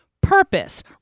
purpose